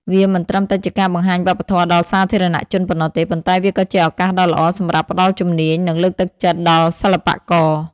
វាមិនត្រឹមតែជាការបង្ហាញវប្បធម៌ដល់សាធារណជនប៉ុណ្ណោះទេ ប៉ុន្តែវាក៏ជាឱកាសដ៏ល្អសម្រាប់ ផ្តល់ជំនាញ និងលើកទឹកចិត្តដល់សិល្បករ។